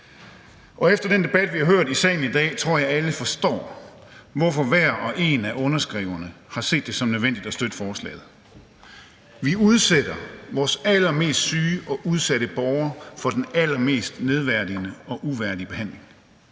Efter den debat, vi har hørt i salen i dag, tror jeg, at alle forstår, hvorfor hver og en af underskriverne har set det som nødvendigt at støtte forslaget. Vi udsætter vores allermest syge og udsatte borgere for den allermest nedværdigende og uværdige behandling.